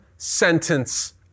Sentence